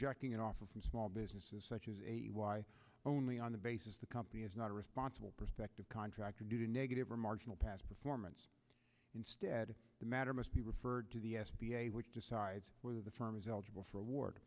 ejecting an offer from small businesses such as a why only on the basis the company is not responsible perspective contractor due to negative or marginal past performance instead the matter must be referred to the s b a which decides whether the firm is eligible for awar